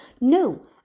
No